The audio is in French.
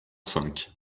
cinq